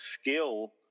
skill